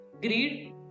greed